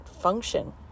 function